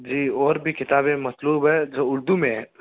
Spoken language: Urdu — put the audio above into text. جی اور بھی کتابیں مطلوب ہے جو اردو میں ہیں